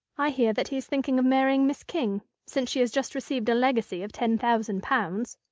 i hear that he is thinking of marrying miss king, since she has just received a legacy of ten thousand pounds.